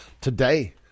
today